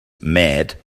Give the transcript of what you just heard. mad